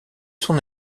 son